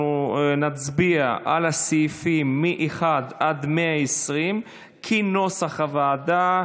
אנחנו נצביע על הסעיפים מ-1 עד 120 כנוסח הוועדה.